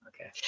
okay